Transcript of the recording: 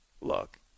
Look